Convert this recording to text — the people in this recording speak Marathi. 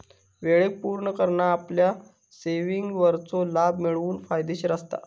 वेळेक पुर्ण करना आपल्या सेविंगवरचो लाभ मिळवूक फायदेशीर असता